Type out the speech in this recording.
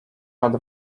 nad